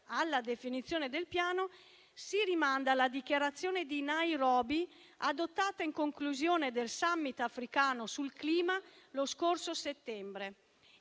alla definizione del Piano, si rimanda alla dichiarazione di Nairobi, adottata in conclusione del *summit* africano sul clima lo scorso settembre.